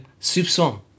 soupçon